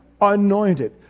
anointed